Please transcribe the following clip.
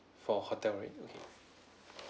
for hotel right okay